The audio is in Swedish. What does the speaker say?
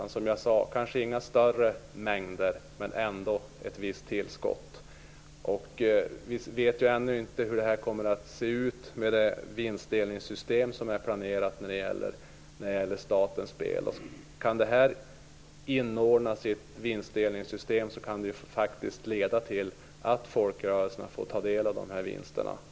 Det är som jag sade kanske inga större mängder, men ändå ett visst tillskott. Vi vet ännu inte hur det vinstdelningssystem som är planerat när det gäller statens spel kommer att se ut. Kan kasinospelen inordnas i ett vinstdelningssystem kan det faktiskt leda till att folkrörelserna får ta del av dessa vinster.